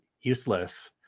useless